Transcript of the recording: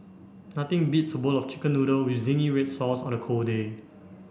nothing beats a bowl of chicken noodle with zingy red sauce on a cold day